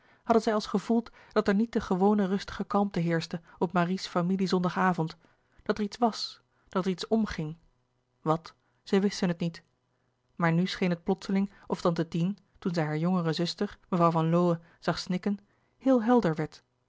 hadden zij als gevoeld dat er niet de gewoone rustige kalmte heerschte op marie's familie zondagavond dat er iets was dat er iets omging wat zij wisten het niet maar nu scheen het plotseling of tante tien toen zij haar jongere zuster mevrouw van lowe zag snikken heel helder werd